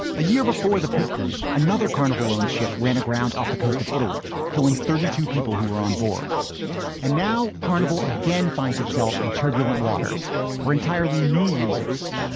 a year before the poop cruise. another carnival own ship ran aground off the coast of italy, killing thirty two people who were board and now carnival again finds itself in turbulent waters for entirely new reasons.